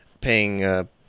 paying